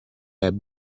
had